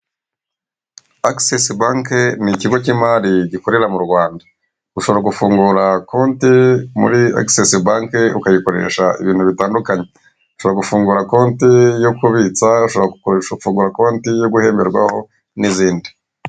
Akisesi banki ni ikigo cy'imari gikorera mu Rwanda, ushobora gufungura konti muri akisesi banki ukayikoresha ibintu bitandukanye, ushobora gufungura konti yo kubitsa, ushobora fungura konti yo guhemerwaho n'izindi.